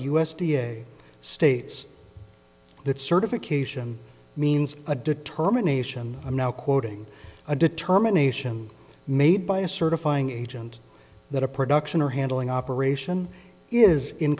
a states that certification means a determination i'm now quoting a determination made by a certifying agent that a production or handling operation is in